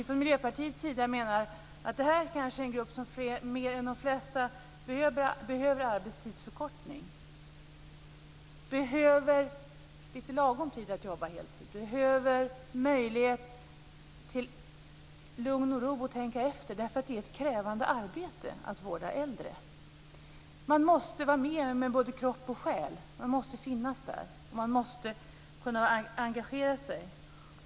Från Miljöpartiets sida menar vi att det här kanske är en grupp som mer än de flesta behöver arbetstidsförkortning, behöver lite lagom tid att jobba heltid, behöver möjlighet till lugn och ro att tänka efter. Det är ett krävande arbete att vårda äldre. Man måste vara med med både kropp och själ. Man måste finns där. Man måste kunna engagera sig.